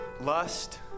lust